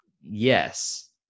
Yes